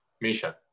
misha